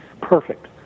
Perfect